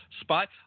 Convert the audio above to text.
spot